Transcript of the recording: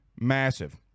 Massive